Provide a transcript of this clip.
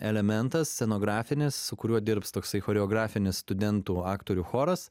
elementas scenografinis su kuriuo dirbs toksai choreografinis studentų aktorių choras